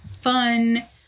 fun